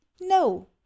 no